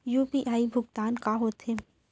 UPI भुगतान का होथे?